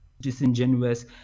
disingenuous